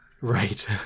Right